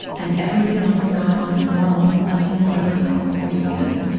and everything else is going on as normal, and nothing will ever be normal for you again,